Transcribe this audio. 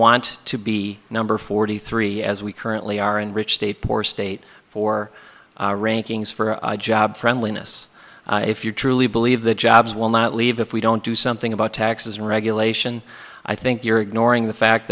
want to be number forty three as we currently are and rich state poor state for rankings for a job friendliness if you truly believe the jobs will not leave if we don't do something about taxes and regulation i think you're ignoring the fact